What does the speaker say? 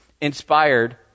inspired